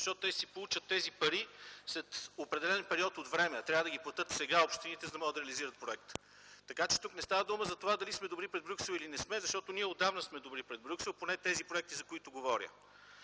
защото те ще си получат тези пари след определен период от време, а общините трябва да ги платят сега, за да могат да реализират проекта. Тук не става дума за това дали сме добри пред Брюксел или не сме, защото ние отдавна сме добри пред Брюксел – поне тези проекти, за които говоря.